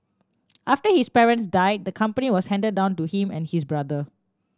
after his parents died the company was handed down to him and his brother